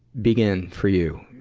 begin for you?